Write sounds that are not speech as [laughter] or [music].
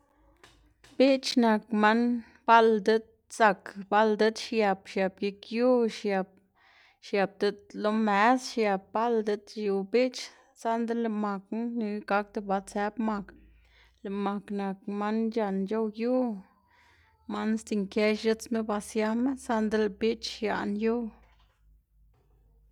[noise] biꞌch nak man bal diꞌt zak bal diꞌt xiep xiep gik yu xiep, xiep diꞌt lo mes xiep bal diꞌt yu biꞌch, saꞌnda lëꞌ makna nika gakda ba tsëp mak, lëꞌ mak nak man c̲h̲an c̲h̲ow yu, man sdzinkë x̱itsma ba siama, saꞌnda lëꞌ biꞌch xiaꞌn yu.